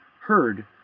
heard